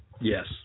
Yes